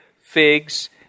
figs